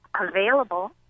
available